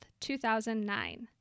2009